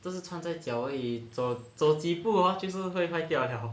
都是穿在脚而已走走几步 hor 就是会坏掉了